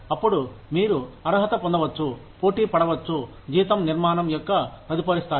అప్పుడు మీరు అర్హత పొందవచ్చు పోటీ పడవచ్చు జీతం నిర్మాణం యొక్క తదుపరి స్థాయి